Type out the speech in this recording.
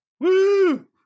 Woo